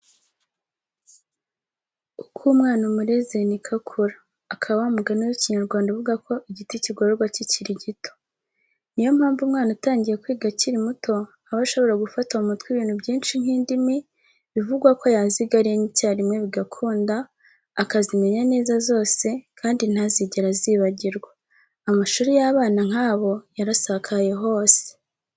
Uko umwana umureze niko akura, aka wa mugani w'Ikinyarwanda uvuga ko igiti kigororwa kikiri gito. Niyo mpamvu umwana utangiye kwiga akiri muto aba ashobora gufata mu mute ibintu byinshi nk'indimi, bivugwa ko yaziga ari enye icyarimwe, bigakunda, akazimenya neza zose, kandi ntazigere azibagirwa. Amashuri y'abana nk'abo yarasakaye hose.